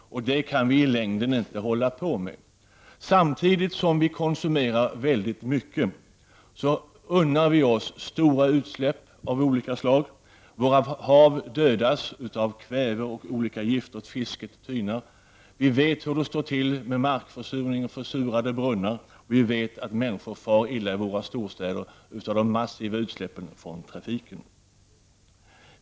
Det kan vi i längden inte hålla på med. Samtidigt som vi konsumerar väldigt mycket unnar vi oss stora utsläpp av olika slag. Våra hav dödas av kväve och olika gifter, och fisket tynar. Vi vet hur det står till med markförsurningen och försurade brunnar, och vi vet att människor far illa i våra storstäder på grund av de massiva utsläppen från trafiken.